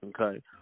okay